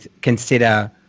consider